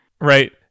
Right